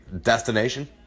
destination